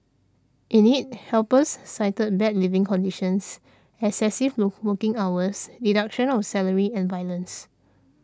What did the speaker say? in it helpers cited bad living conditions excessive working hours deduction of salary and violence